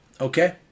okay